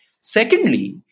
Secondly